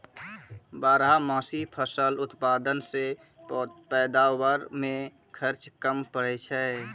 बारहमासी फसल उत्पादन से पैदावार मे खर्च कम पड़ै छै